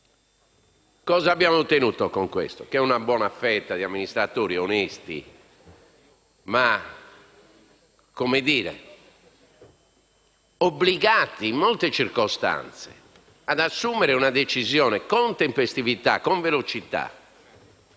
Cosa abbiamo ottenuto con questo? Una buona fetta di amministratori onesti, obbligati in molte circostanze ad assumere decisioni con tempestività e velocità,